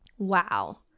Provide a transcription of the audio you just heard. Wow